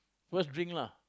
first drink lah